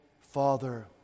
Father